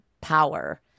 power